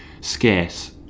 scarce